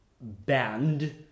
band